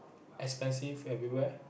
expensive everywhere